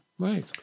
Right